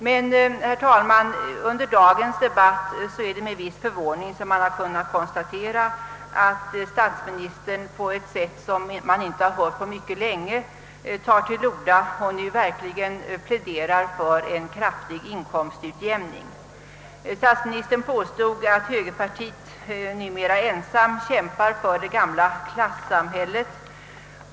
Men, herr talman, under dagens de batt har man kunnat konstatera att statsministern på ett sätt som man inte har hört på mycket länge pläderar för en kraftig inkomstutjämning. Statsministern påstod att högerpartiet numera ensamt kämpar för det gamla klasssamhället.